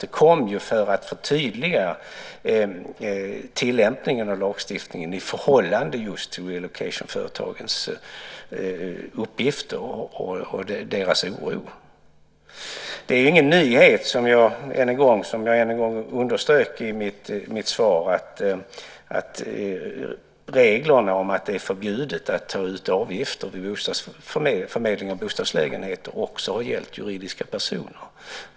Det kom för att förtydliga tillämpningen av lagstiftningen i förhållande till just relocation företagens uppgifter och deras oro. Det är ingen nyhet att reglerna om att det är förbjudet att ta ut avgifter vid förmedling av bostadslägenheter också har gällt juridiska personer, som jag underströk i mitt svar.